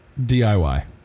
DIY